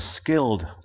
skilled